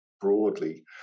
broadly